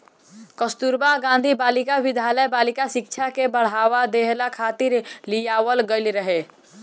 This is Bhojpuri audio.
कस्तूरबा गांधी बालिका विद्यालय बालिका शिक्षा के बढ़ावा देहला खातिर लियावल गईल रहे